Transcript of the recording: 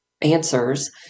answers